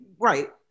right